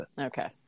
Okay